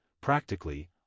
practically